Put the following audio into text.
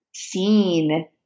Seen